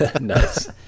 Nice